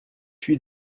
fui